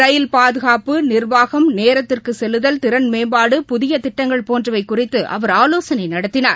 ரயில் பாதுகாப்பு நிர்வாகம் நேரத்திற்கு செல்லுதல் திறன் மேம்பாடு புதிய திட்டங்கள் போன்றவை குறித்து அவர் ஆலோசனை நடத்தினார்